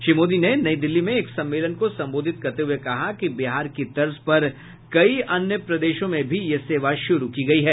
श्री मोदी ने नई दिल्ली में एक सम्मेलन को संबोधित करते हुए कहा कि बिहार की तर्ज पर कई अन्य प्रदेशों में भी यह सेवा शुरू की गयी है